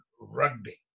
rugby